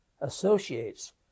associates